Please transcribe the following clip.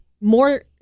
more